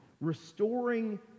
Restoring